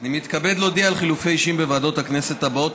אני מתכבד להודיע על חילופי אישים בוועדות הכנסת הבאות,